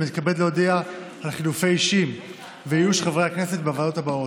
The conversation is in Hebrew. אני מתכבד להודיע על חילופי אישים ואיוש חברי הכנסת בוועדות הבאות: